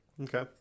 Okay